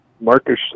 Marcus